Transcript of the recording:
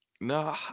No